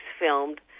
filmed